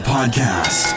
Podcast